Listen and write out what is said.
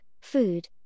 food